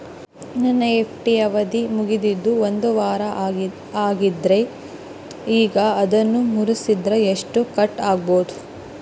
ನನ್ನ ಎಫ್.ಡಿ ಅವಧಿ ಮುಗಿದು ಒಂದವಾರ ಆಗೇದ್ರಿ ಈಗ ಅದನ್ನ ಮುರಿಸಿದ್ರ ಎಷ್ಟ ಕಟ್ ಆಗ್ಬೋದ್ರಿ?